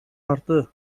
arttı